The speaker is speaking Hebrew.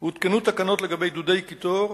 הותקנו תקנות לגבי דודי קיטור,